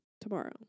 Tomorrow